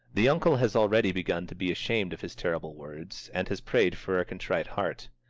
the uncle has already begun to be ashamed of his terrible words, and has prayed for a contrite heart.